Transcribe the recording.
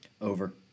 Over